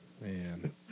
Man